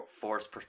Force